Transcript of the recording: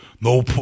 no